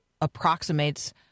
approximates